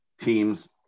teams